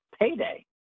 payday